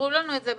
סדרו לנו את זה,